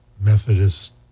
Methodist